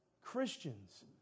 Christians